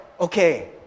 okay